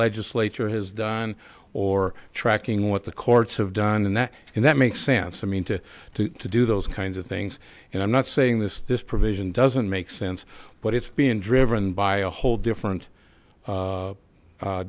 legislature has done or tracking what the courts have done and that and that makes sense i mean to to to do those kinds of things and i'm not saying this this provision doesn't make sense but it's being driven by a whole different